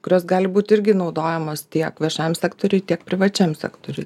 kurios gali būti irgi naudojamos tiek viešajam sektoriuj tiek privačiam sektoriuj